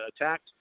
attacked